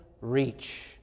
reach